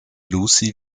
lucy